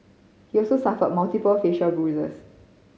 he also suffered multiple facial bruises